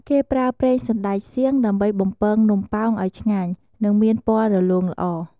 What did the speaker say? គេប្រើ ប្រេងសណ្ដែកសៀង ដើម្បីបំពងនំប៉ោងឱ្យឆ្ងាញ់ និងមានពណ៌រលោងល្អ។